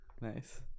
Nice